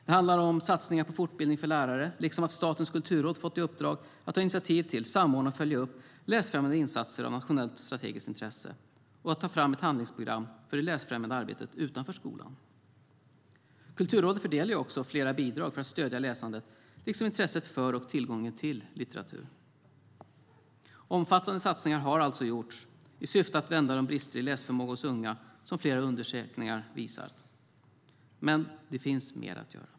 Det handlar om satsningar på fortbildning för lärare liksom att Statens kulturråd fått i uppdrag att ta initiativ till, samordna och följa upp läsfrämjande insatser av nationellt strategiskt intresse och att ta fram ett handlingsprogram för det läsfrämjande arbetet utanför skolan. Kulturrådet fördelar också flera bidrag för att stödja läsandet liksom intresset för och tillgången till litteratur. Omfattande satsningar har alltså gjorts i syfte att vända de brister i läsförmåga hos unga som flera undersökningar visar, men det finns mer att göra.